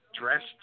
dressed